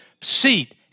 seat